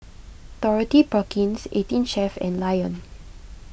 Dorothy Perkins eighteen Chef and Lion